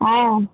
ஆ